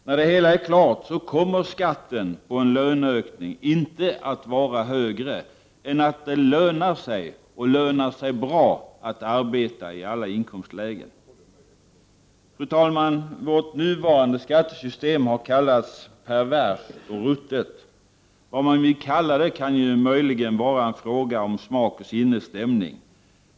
När det hela är klart kommer skatten på en löneökning inte att vara högre än att det för människor i alla inkomstlägen lönar sig bra att arbeta. Fru talman! Vårt nuvarande skattesystem har kallats perverst och ruttet. Vad man vill kalla det kan möjligen vara en fråga om smak och sinnesstämning.